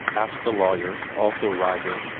asked the lawyer, also rising.